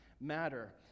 matter